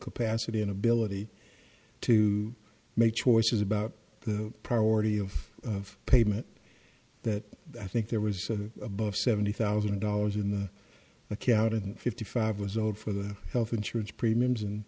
capacity and ability to make choices about the priority of payment that i think there was above seventy thousand dollars in the account of fifty five years old for the health insurance premiums and